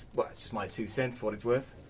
but so my two cents, for it's worth.